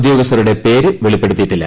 ഉദ്യോഗസ്ഥരുടെ പേര് വെളിപ്പെടുത്തിയിട്ടില്ല